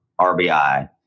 RBI